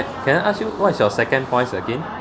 can I ask you what is your second points again